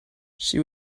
she